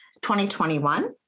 2021